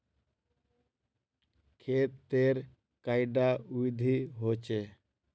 खेत तेर कैडा विधि होचे?